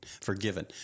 forgiven